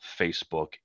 Facebook